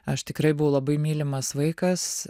aš tikrai buvau labai mylimas vaikas